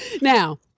Now